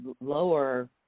lower